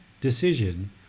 decision